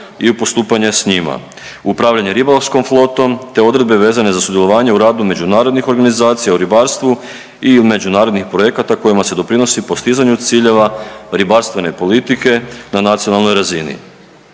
i postupanje s njima, upravljanje ribolovškom flotom te odredbe vezane za sudjelovanje u radu međunarodnih organizacija u ribarstvu i u međunarodnih projekata kojima se doprinosi postizanju ciljeva ribarstvene politike na nacionalnoj razini.